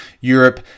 Europe